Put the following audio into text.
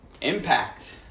Impact